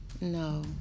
no